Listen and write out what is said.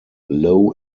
low